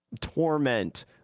Torment